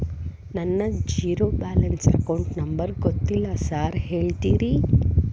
ನನ್ನ zero balance account number ಗೊತ್ತಿಲ್ಲ sir ಹೇಳ್ತೇರಿ?